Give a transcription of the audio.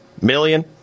million